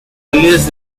alias